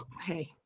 hey